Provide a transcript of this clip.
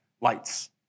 lights